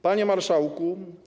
Panie Marszałku!